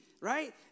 right